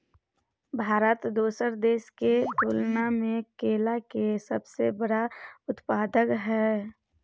भारत दोसर देश के तुलना में केला के सबसे बड़ उत्पादक हय